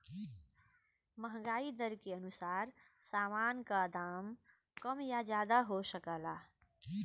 महंगाई दर के अनुसार सामान का दाम कम या ज्यादा हो सकला